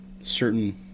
certain